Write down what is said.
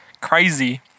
crazy